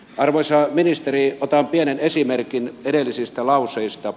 arvoisa ministeri otan pienen esimerkin edellisistä lauseista